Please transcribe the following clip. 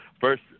First